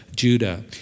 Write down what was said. Judah